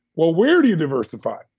well, where do you diversify?